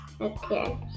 okay